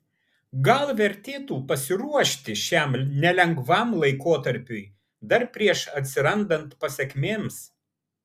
gal vertėtų pasiruošti šiam nelengvam laikotarpiui dar prieš atsirandant pasekmėms